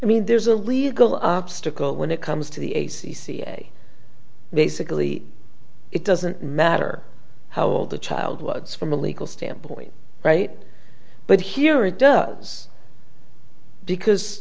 i mean there's a legal obstacles when it comes to the a c c basically it doesn't matter how old the child was from a legal standpoint right but here it does because